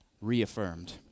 reaffirmed